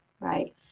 right